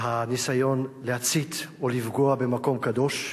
הניסיון להצית או לפגוע במקום קדוש,